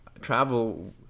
travel